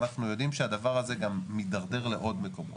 אנחנו יודעים שהדבר הזה גם מתדרדר לעוד מקומות,